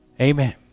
Amen